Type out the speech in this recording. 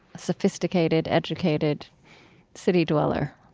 sophisticated, educated city dweller